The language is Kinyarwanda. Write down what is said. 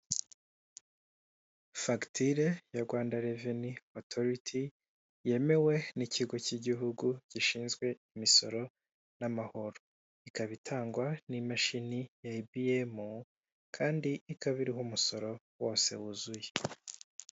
Fakitire ya Rwanda reveni otoriti yemewe n'ikigo cy'igihugu gishinzwe imisoro n'amahoro ikaba itangwa n'imashini ya EBM kandi ikaba iriho umusoro wose wuzuye.